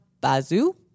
Bazoo